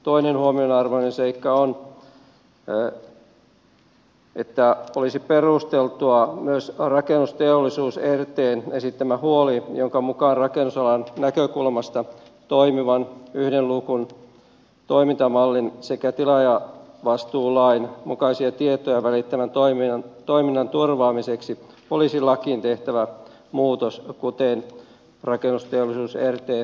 toinen huomionarvoinen seikka on että olisi perusteltu myös rakennusteollisuus rtn esittämä huoli jonka mukaan rakennusalan näkökulmasta toimivan yhden luukun toimintamallin sekä tilaajavastuulain mukaisia tietoja välittävän toiminnan turvaamiseksi olisi lakiin tehtävä muutos kuten rakennusteollisuus rt on esittänyt